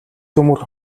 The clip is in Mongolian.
төмөр